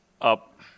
Up